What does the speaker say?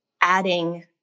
adding